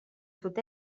sud